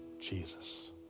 Jesus